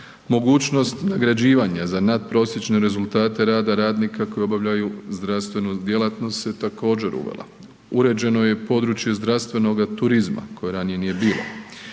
Mogućnost nagrađivanja za nadprosječne rezultate rada radnika koji obavljaju zdravstvenu djelatnost se također uvela. Uređeno je područje zdravstvenoga turizma koje ranije nije bilo.